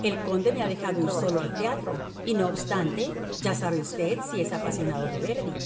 el conde me ha dejado ir solo al teatro y no obstante ya sabe usted si es apasionado de verdi